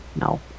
No